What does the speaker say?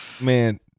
man